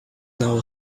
now